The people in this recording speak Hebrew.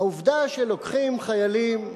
העובדה שלוקחים חיילים,